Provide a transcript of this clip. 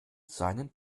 seinen